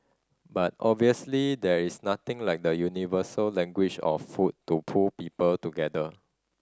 but obviously there is nothing like the universal language of food to pull people together